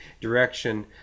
direction